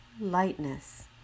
lightness